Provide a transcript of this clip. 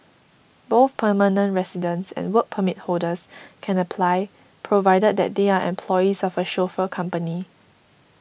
both permanent residents and Work Permit holders can apply provided that they are employees of a chauffeur company